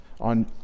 on